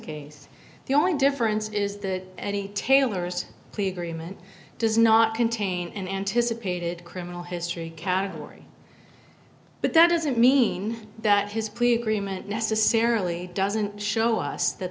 case the only difference is that any taylor's plea agreement does not contain an anticipated criminal history category but that doesn't mean that his plea agreement necessarily doesn't show us that